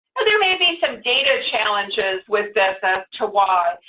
there may be some data challenges with this as to why,